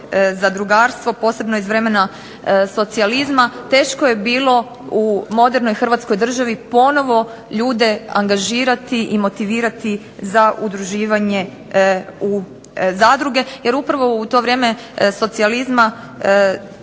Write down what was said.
zadrugarstvo, posebno iz vremena socijalizma, teško je bilo u modernoj Hrvatskoj državi ponovo ljude angažirati i motivirati za udruživanje u zadruge. Jer upravo u to vrijeme socijalizma